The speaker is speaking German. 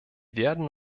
werden